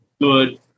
good